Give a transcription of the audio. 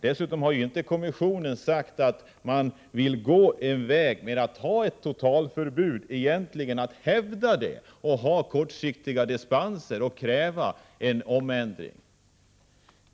Dessutom har man egentligen inte sagt att man vill gå vägen över ett totalförbud och hävda det förbudet, ha kortsiktiga dispenser och kräva en ändring.